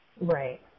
Right